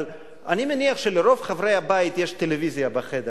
אבל אני מניח שלרוב חברי הבית יש טלוויזיה בחדר,